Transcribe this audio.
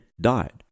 died